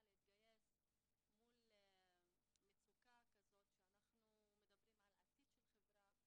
להתגייס מול מצוקה כזאת שאנחנו מדברים על עתיד של חברה,